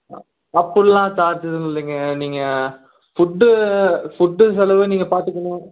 அப்புல்லாம் காசு இல்லைங்க நீங்கள் ஃபுட்டு ஃபுட்டு செலவு நீங்கள் பார்த்துக்குணும்